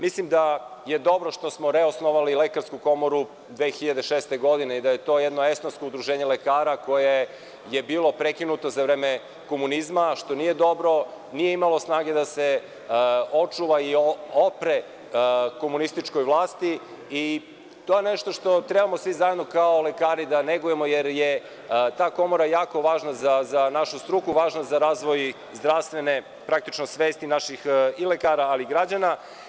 Mislim da je dobro što smo reosnovali Lekarsku komoru 2006. godine, da je to jedno esnafsko udruženje lekara, koja je bila prekinuta za vreme komunizma, što nije dobro, nije imala snage da se očuva i odupre komunističkoj vlasti i to je nešto što trebamo svi zajedno kao lekari da negujemo jer je ta komora jako važna za našu struku, važna za razvoj zdravstvene svesti naših lekara i građana.